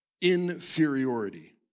Inferiority